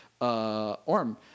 Orm